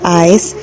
eyes